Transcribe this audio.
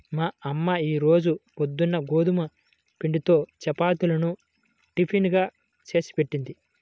మా అమ్మ ఈ రోజు పొద్దున్న గోధుమ పిండితో చపాతీలను టిఫిన్ గా చేసిపెట్టింది